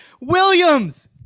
Williams